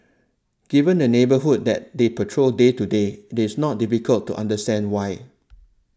given the neighbourhood that they patrol day to day it's not difficult to understand why